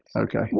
ok.